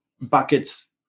buckets